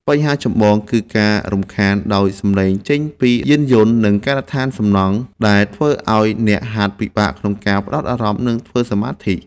បញ្ហាចម្បងគឺការរំខានដោយសំឡេងចេញពីយានយន្ត និងការដ្ឋានសំណង់ ដែលធ្វើឱ្យអ្នកហាត់ពិបាកក្នុងការផ្ដោតអារម្មណ៍ និងធ្វើសមាធិ។